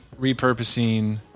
repurposing